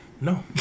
No